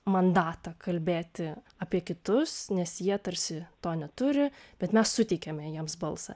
mandatą kalbėti apie kitus nes jie tarsi to neturi bet mes suteikiame jiems balsą